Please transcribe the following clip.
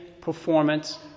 performance